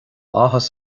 áthas